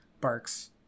barks